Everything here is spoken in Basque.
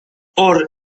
hor